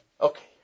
Okay